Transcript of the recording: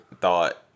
thought